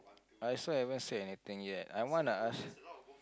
I also haven't said anything yet I wanna ask